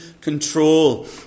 control